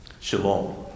Shalom